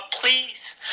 please